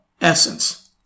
essence